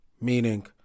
Meaning